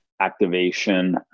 activation